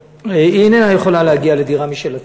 איננה יכולה להגיע לדירה משל עצמה.